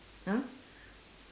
!huh!